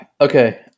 Okay